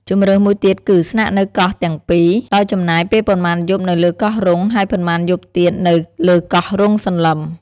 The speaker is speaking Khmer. ជម្រើសមួយទៀតគឺ ស្នាក់នៅកោះទាំងពីរ ដោយចំណាយពេលប៉ុន្មានយប់នៅលើកោះរ៉ុង ហើយប៉ុន្មានយប់ទៀតនៅលើកោះរ៉ុងសន្លឹម។